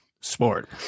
sport